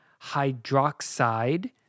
hydroxide